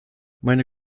meine